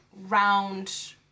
round